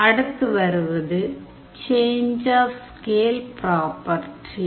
அடுத்து வருவது change of scale property